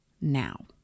now